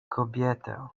kobietę